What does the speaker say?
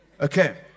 Okay